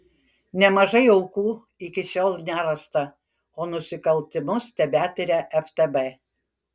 nemažai aukų iki šiol nerasta o nusikaltimus tebetiria ftb